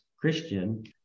Christian